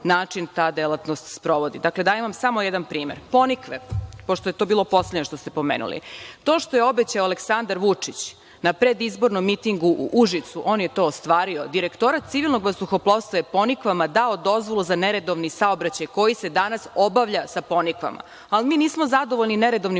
način da delatnost sprovodi. Dakle, dajem vam samo jedan primer.„Ponikve“, pošto je to bilo poslednje što ste pomenuli. To što je obećao Aleksandar Vučić na predizbornom mitingu u Užicu, on je to ostvario. Direktorat civilnog vazduhoplovstva je „Ponikvama“ dao dozvolu za neredovni saobraćaj koji se danas obavlja sa „Ponikvama“, ali mi nismo zadovoljni neredovnim